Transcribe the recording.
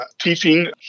teaching